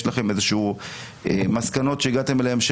יש לכם מסקנות שהגעתם אליהן,